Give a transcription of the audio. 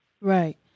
Right